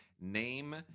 name